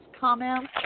comments